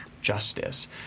justice